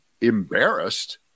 embarrassed